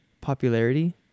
popularity